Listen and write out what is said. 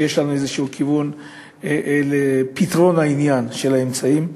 שיש לנו איזשהו כיוון לפתרון העניין של האמצעים.